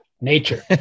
nature